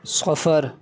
صفر